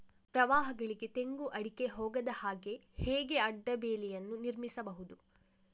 ಪ್ರವಾಹಗಳಿಗೆ ತೆಂಗು, ಅಡಿಕೆ ಹೋಗದ ಹಾಗೆ ಹೇಗೆ ಅಡ್ಡ ಬೇಲಿಯನ್ನು ನಿರ್ಮಿಸಬಹುದು?